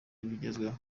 ibigezweho